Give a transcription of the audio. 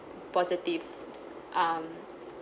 positive um